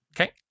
Okay